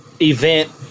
event